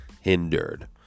hindered